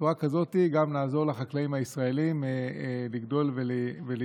ובצורה הזאת גם נעזור לחקלאים הישראלים לגדול ולהתפתח.